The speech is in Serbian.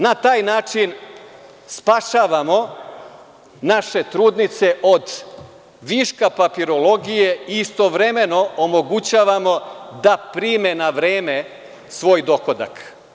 Na taj način spašavamo naše trudnice od viška papirologije i istovremeno omogućavamo da prime na vreme svoj dohodak.